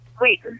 Wait